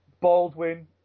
Baldwin